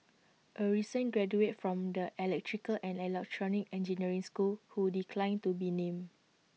A recent graduate from the electrical and electronic engineering school who declined to be named